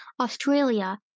Australia